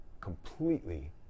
completely